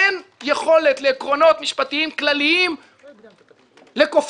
אין יכולת לעקרונות משפטיים כלליים לכופף